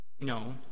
No